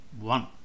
one